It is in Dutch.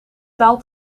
taal